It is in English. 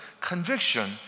conviction